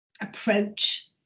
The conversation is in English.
approach